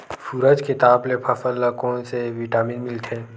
सूरज के ताप ले फसल ल कोन ले विटामिन मिल थे?